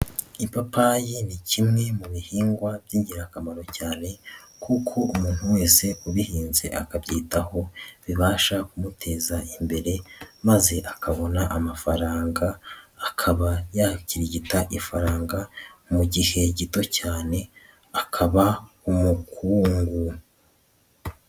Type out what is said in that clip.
Ipapayi ni kimwe mu bihingwa by'ingirakamaro cyane kuko umuntu wese ubihinze akabyitaho bibasha kumuteza imbere maze akabona amafaranga akaba yakirigita ifaranga mu gihe gito cyane akaba umukungu.